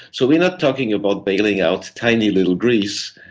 so we're not talking about bailing out tiny little greece,